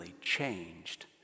changed